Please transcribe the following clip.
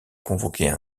convoquer